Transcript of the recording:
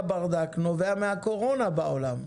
אבל נאמר פה שחלק מהברדק נובע מהקורונה בעולם.